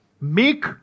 make